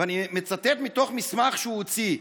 ואני מצטט מתוך מסמך שהוא הוציא: